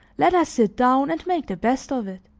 let us sit down and make the best of it.